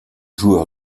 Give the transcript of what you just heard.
joueur